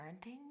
parenting